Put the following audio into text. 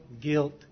guilt